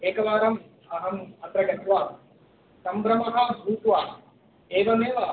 एकवारम् अहम् अत्र गत्वा सम्भ्रमः भूत्वा एवमेव